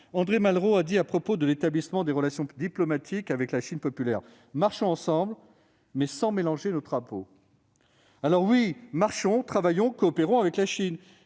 André Malraux a dit à propos de l'établissement des relations diplomatiques avec la Chine populaire :« Marchons ensemble, mais sans mélanger nos drapeaux !» Alors, oui, marchons, travaillons, coopérons avec la Chine,